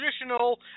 traditional